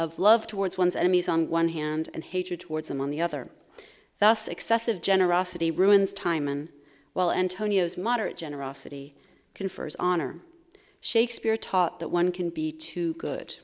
of love towards one's enemies on one hand and hatred towards him on the other thus excessive generosity ruins timon while antonio's moderate generosity confers honor shakespeare taught that one can be too good